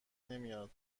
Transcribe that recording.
نمیاد